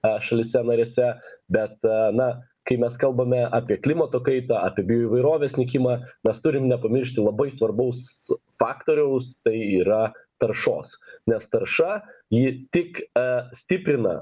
e šalyse narėse bet a na kai mes kalbame apie klimato kaitą apie įvairovės nykimą mes turim nepamiršti labai svarbaus faktoriaus tai yra taršos nes tarša ji tik e stiprina